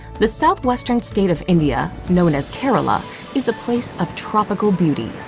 the southwestern state of india known as kerala is a place of tropical beauty.